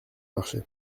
marché